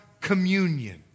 communion